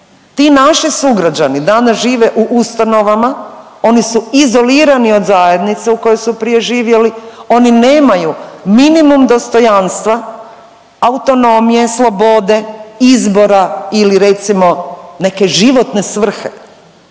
Ti naši sugrađani danas žive u ustanovama, oni su izolirani od zajednice u kojoj su prije živjeli. Oni nemaju minimum dostojanstva, autonomije, slobode izbora ili recimo neke životne svrhe.